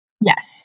Yes